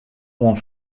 oan